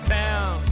town